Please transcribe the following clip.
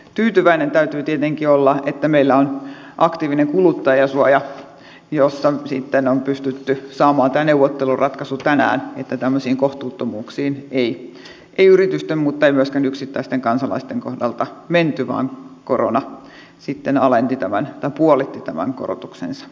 tyytyväinen täytyy tietenkin olla että meillä on aktiivinen kuluttajansuoja jossa sitten on pystytty saamaan tämä neuvotteluratkaisu tänään että tämmöisiin kohtuuttomuuksiin ei yritysten eikä myöskään yksittäisten kansalaisten kohdalta menty vaan caruna sitten puolitti tämän korotuksensa